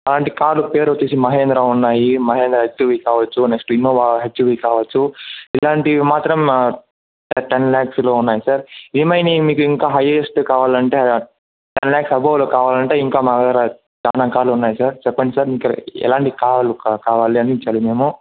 అంటే కారు పేరొచ్చేసి మహీంద్రా ఉన్నాయి మహీంద్రా యాక్టివా కావచ్చు నెక్స్ట్ ఇన్నోవా హెచ్వీ కావచ్చు ఇలాంటివి మాత్రం టెన్ లాక్స్లో ఉన్నాయి సార్ ఏమైనీ ఇంకా మీకు హైయెస్ట్ కావాలంటే టెన్ లాక్స్ ఎబవ్లో కావాలంటే ఇంకా మాదగ్గర చాలా రకాలున్నాయి సార్ చెప్పండి సార్ మీకు ఎలాంటివి కార్లు కావాలో అందించాలి మేము